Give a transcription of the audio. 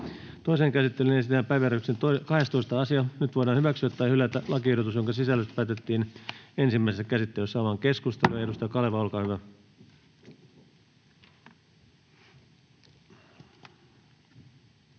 Toiseen käsittelyyn esitellään päiväjärjestyksen 12. asia. Nyt voidaan hyväksyä tai hylätä lakiehdotus, jonka sisällöstä päätettiin ensimmäisessä käsittelyssä. Avaan keskustelun. — Edustaja Kaleva, olkaa hyvä. [Speech